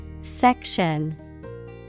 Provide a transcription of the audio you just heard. Section